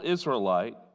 Israelite